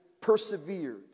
persevered